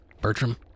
Bertram